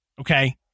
Okay